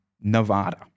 Nevada